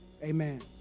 Amen